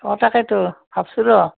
অঁ তাকেতো ভাবছো ৰ